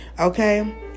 Okay